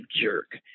jerk